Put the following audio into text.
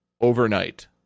overnight